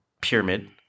pyramid